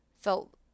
felt